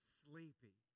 sleepy